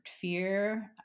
fear